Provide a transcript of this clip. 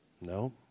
No